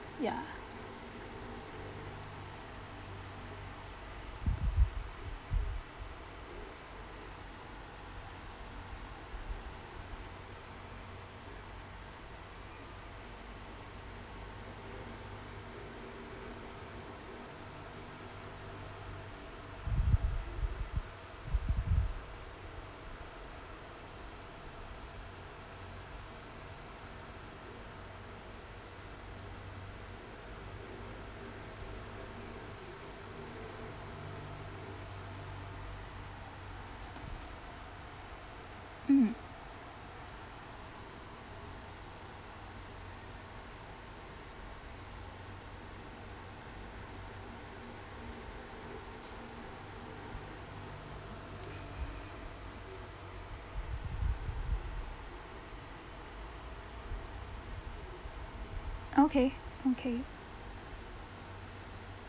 ya mm okay okay